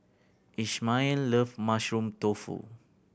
Ishmael love Mushroom Tofu